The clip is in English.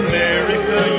America